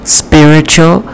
spiritual